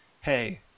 hey